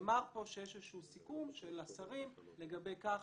נאמר פה שיש איזה שהוא סיכום של השרים לגבי כך